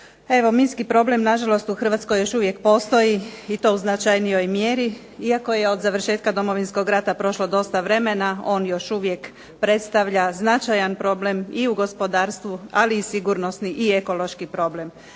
Evo minski problem na žalost u Hrvatskoj još uvijek postoji i to u značajnijoj mjeri, iako je od završetka Domovinskog rata prošlo dosta vremena, on još uvijek predstavlja značajan problem i u gospodarstvu, ali i sigurnosni i ekološki problem,